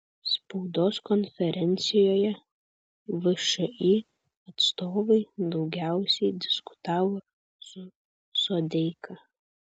spaudos konferencijoje všį atstovai daugiausiai diskutavo su sodeika